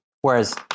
whereas